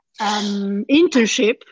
internship